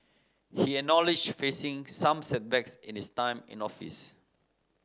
he acknowledge facing some setbacks in his time in office